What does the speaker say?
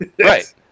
Right